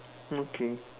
okay